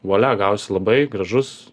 vualia gavosi labai gražus